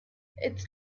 its